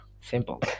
simple